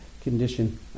condition